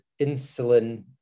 insulin